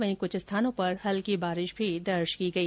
वही कृष्ठ स्थानों पर हल्की वारिश्न भी दर्ज की गई